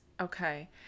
Okay